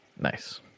Nice